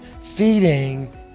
feeding